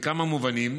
בכמה מובנים: